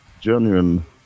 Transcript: genuine